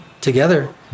together